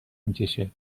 میکشه